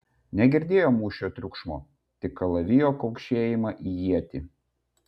negirdėjo mūšio triukšmo tik kalavijo kaukšėjimą į ietį